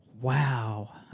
Wow